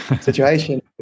situation